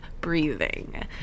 breathing